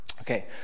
Okay